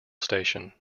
station